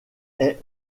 est